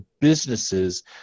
businesses